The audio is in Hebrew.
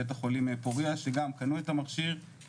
בבית החולים פוריה שגם קנו את המכשיר,